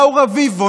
אליהו רביבו,